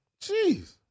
Jeez